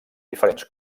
diferents